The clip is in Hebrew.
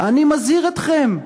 אני מזהיר אתכם,